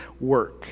work